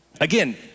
Again